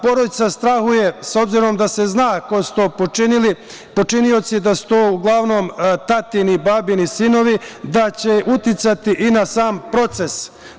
Porodica strahuje, s obzirom da se zna ko je to počinio, da su to uglavnom tatini, babini sinovi, da će uticati i na sam proces.